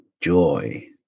joy